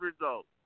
results